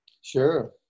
Sure